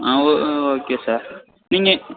ஆ ஓ okay sir நீங்கள்